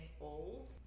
old